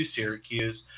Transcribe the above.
Syracuse